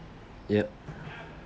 yup